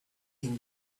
can